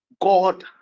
God